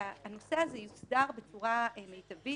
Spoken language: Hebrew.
הנושא הזה יוסדר בצורה מיטבית